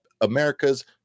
America's